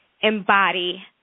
embody